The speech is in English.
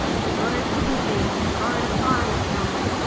them low puddin'-thieves has borrowed a fireman's helmet,